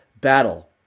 battle